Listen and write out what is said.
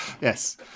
yes